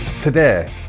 Today